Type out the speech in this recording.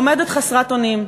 עומדת חסרת אונים,